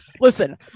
listen